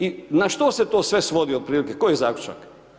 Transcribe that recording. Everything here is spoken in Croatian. I na što se to sve svodi, otprilike koji zaključak?